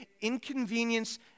inconvenience